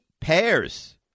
pairs